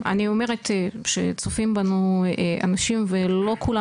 אני אומרת שצופים בנו אנשים ולא כולם